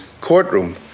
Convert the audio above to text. courtroom